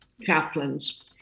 chaplains